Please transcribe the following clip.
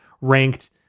ranked